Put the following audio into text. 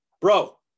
bro